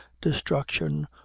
destruction